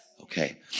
Okay